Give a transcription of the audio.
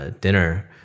dinner